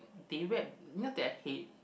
they wrap you know their head